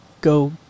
Go